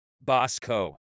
Bosco